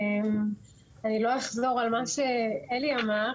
אני לא אחזור על מה שאלי אמר.